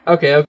Okay